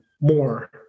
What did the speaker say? more